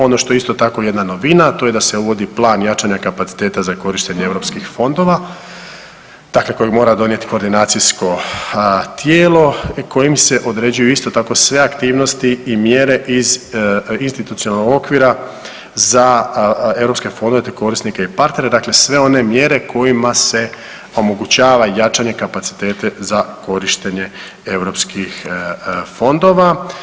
Ono što je isto tako jedna novina, a to je da se uvodi plan jačanja kapaciteta za korištenje europskih fondova dakle kojeg mora donijeti koordinacijsko tijelo i kojim se određuju isto tako sve aktivnosti i mjere iz institucionalnog okvira za europske fondove te korisnike i partnere dakle, sve one mjere kojima se omogućava jačanje kapaciteta za korištenje europskih fondova.